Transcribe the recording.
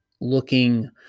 looking